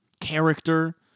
character